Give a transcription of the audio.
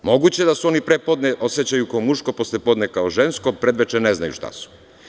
Moguće je da se oni prepodne osećaju kao muško, poslepodne kao žensko, predveče ne znaju šta su.